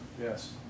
Yes